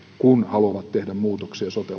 kun haluavat tehdä muutoksia sote